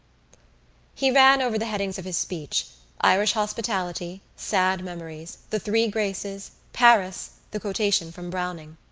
he ran over the headings of his speech irish hospitality, sad memories, the three graces, paris, the quotation from browning.